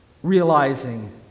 Realizing